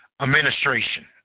administration